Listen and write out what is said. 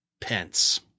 Pence